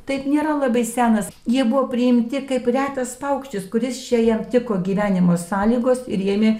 taip nėra labai senas jie buvo priimti kaip retas paukštis kuris čia jam tiko gyvenimo sąlygos ir jame